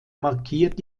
markiert